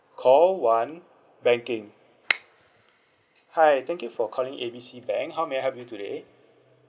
call one banking hi thank you for calling A B C bank how may I help you today